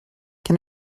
can